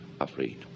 afraid